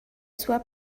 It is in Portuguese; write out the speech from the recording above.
sua